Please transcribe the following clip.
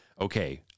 okay